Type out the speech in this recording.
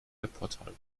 webportal